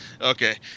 Okay